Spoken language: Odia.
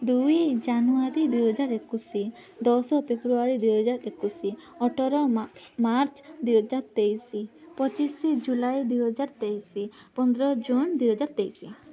ଦୁଇ ଜାନୁଆରୀ ଦୁଇହଜାର ଏକୋଇଶ ଦଶ ଫେବୃଆରୀ ଦୁଇହଜାର ଏକୋଇଶ ଅଠର ମାର୍ଚ୍ଚ ଦୁଇହଜାର ତେଇଶ ପଚିଶ ଜୁଲାଇ ଦୁଇହଜାର ତେଇଶ ପନ୍ଦର ଜୁନ ଦୁଇହଜାର ତେଇଶ